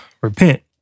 Repent